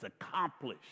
accomplished